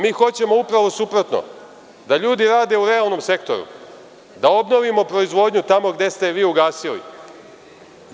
Mi hoćemo upravo suprotno, da ljudi rade u realnom sektoru, da obnovimo proizvodnju tamo gde ste je vi ugasili.